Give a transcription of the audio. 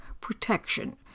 protection